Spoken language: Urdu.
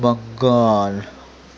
بنگال